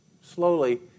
slowly